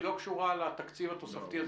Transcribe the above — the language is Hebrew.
היא לא קשורה לתקציב התוספתי הזה.